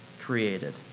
created